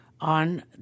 on